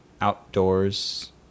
outdoors